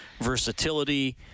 versatility